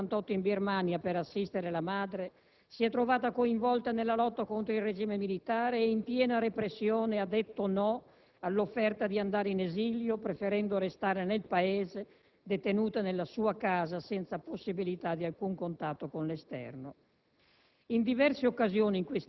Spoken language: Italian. tornata nel 1988 in Birmania per assistere la madre, si è trovata coinvolta nella lotta contro il regime militare e, in piena repressione, ha detto no all'offerta di andare in esilio preferendo restare nel Paese, detenuta nella sua casa senza possibilità di alcun contatto con l'esterno.